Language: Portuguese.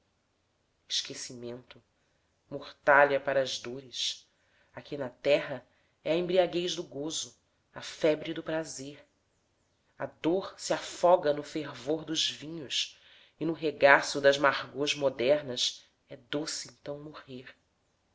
esquecimento mortalha para as dores aqui na terra é a embriaguez do gozo a febre do prazer a dor se afoga no fervor dos vinhos e no regaço das argôs modernas é doce então morrer